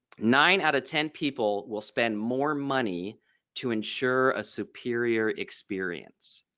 nine out of ten people will spend more money to ensure a superior experience.